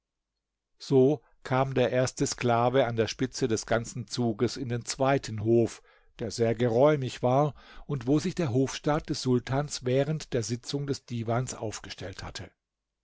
so kam der erste sklave an der spitze des ganzen zugs in den zweiten hof der sehr geräumig war und wo sich der hofstaat des sultans während der sitzung des divans aufgestellt hatte